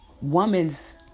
woman's